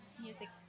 music